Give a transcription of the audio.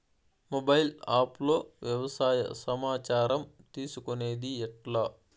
Mobile app లో వ్యవసాయ సమాచారం తీసుకొనేది ఎట్లా?